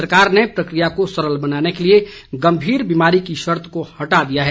सरकार ने प्रक्रिया को सरल बनाने के लिए गम्भीर बीमारी की शर्त को हटा दिया है